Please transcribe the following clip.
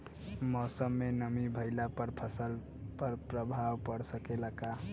मौसम में नमी भइला पर फसल पर प्रभाव पड़ सकेला का?